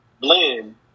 blend